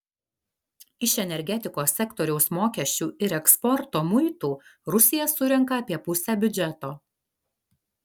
iš energetikos sektoriaus mokesčių ir eksporto muitų rusija surenka apie pusę biudžeto